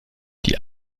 die